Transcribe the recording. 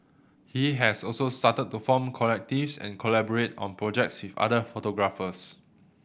he has also started to form collectives and collaborate on projects with other photographers